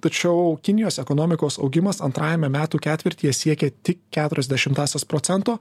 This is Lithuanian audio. tačiau kinijos ekonomikos augimas antrajame metų ketvirtyje siekė tik keturias dešimtąsias procento